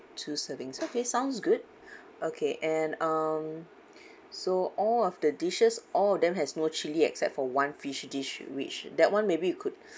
two servings okay sounds good okay and um so all of the dishes all of them has no chilli except for one fish dish which that one may be you could